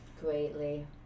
greatly